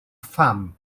pham